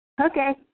Okay